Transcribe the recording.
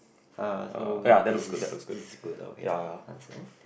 uh so this is this is good okay understand